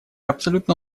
абсолютно